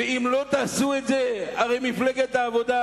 ואם לא תעשו את זה, הרי מפלגת העבודה,